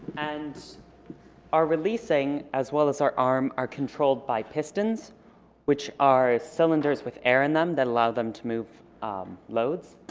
and our releasing as well as our arm are controlled by pistons which are cylinders with air in them that allow them to move loads